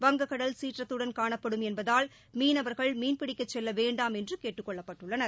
வங்கக்கடல் சீற்றத்துடன் காணப்படும் என்பதால் மீனவர்கள் மீன்பிடிக்கச் செல்ல வேண்டாம் என்று கேட்டுக் கொள்ளப்பட்டுள்ளனர்